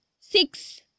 Six